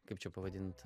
kaip čia pavadint